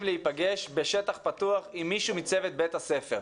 להיפגש בשטח פתוח עם מישהו מצוות בית הספר.